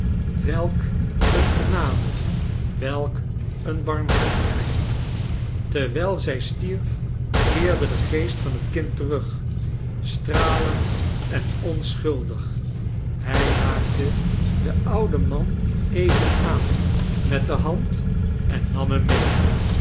welk eene grenade welk eene bannhartigheid terwijl zij s'tierf keerde de geest van het kind terug stralend en onchables dickens schuldig hij raakte den ouden man even aan met de hand en nam hem mee